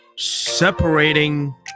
Separating